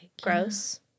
Gross